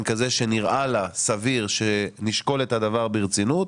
כזה שנראה לה סביר שנשקול את הדבר ברצינות,